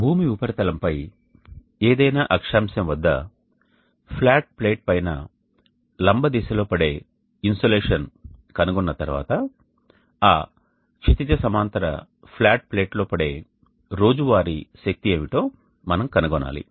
భూమి ఉపరితలంపై ఏదైనా అక్షాంశం వద్ద ఫ్లాట్ ప్లేట్ పైన లంబ దిశలో పడే ఇన్సోలేషన్ కనుగొన్న తర్వాత ఆ క్షితిజ సమాంతర ఫ్లాట్ ప్లేట్లో పడే రోజువారీ శక్తి ఏమిటో మనం కనుగొనాలి